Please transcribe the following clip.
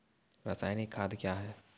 रसायनिक खाद कया हैं?